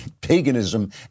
paganism